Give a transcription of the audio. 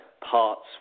parts